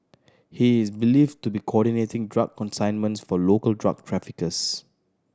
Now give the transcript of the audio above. he is believed to be coordinating drug consignments for local drug traffickers